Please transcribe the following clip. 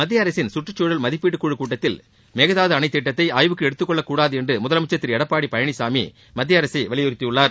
மத்திய அரசின் கற்றுக்குழல் மதிப்பீட்டுக்குழு கூட்டத்தில் மேகதாது அணை திட்டத்தை ஆய்வுக்கு எடுத்துக் கொள்ளக் கூடாது என்று முதலமைச்சர் எடப்பாடி திரு பழனிசாமி மத்திய அரசை வலியுறுத்தியுள்ளார்